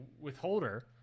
withholder